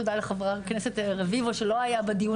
תודה לחבר הכנסת רביבו שלא היה בדיון